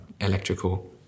electrical